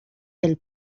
del